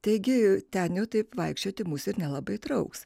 taigi ten taip vaikščioti mus ir nelabai trauks